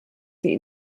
sie